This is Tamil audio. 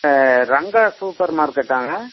ஆ ரங்கா சூப்பர் மார்க்கெட்டாங்க